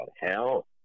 hell